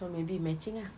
so maybe matching ah